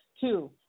Two